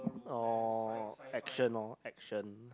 oh action lor action